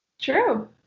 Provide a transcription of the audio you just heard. true